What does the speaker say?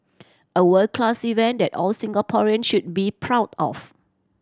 a world class event that all Singaporean should be proud of